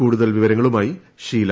കൂടുതൽ വിവരങ്ങളുമായി ഷീല